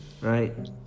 Right